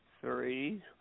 Three